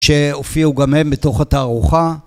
שהופיעו גם הם בתוך התערוכה